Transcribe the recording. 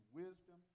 wisdom